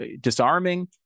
disarming